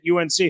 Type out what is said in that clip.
UNC